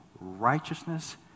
righteousness